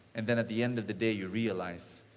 and then at the end of the day you realize,